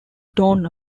dawn